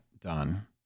done